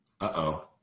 Uh-oh